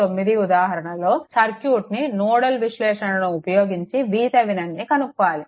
9 ఉదాహరణలో సర్క్యూట్ని నోడల్ విశ్లేషణను ఉపయోగించి VTheveninను కనుక్కోవాలి